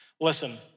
Listen